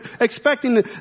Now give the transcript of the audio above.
expecting